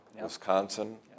Wisconsin